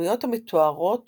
לדמויות המתוארות